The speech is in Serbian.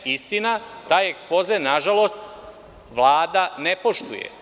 Istina, taj ekspoze nažalost Vlada ne poštuje.